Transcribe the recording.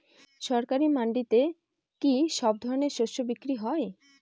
সরকারি মান্ডিতে কি সব ধরনের শস্য বিক্রি হয়?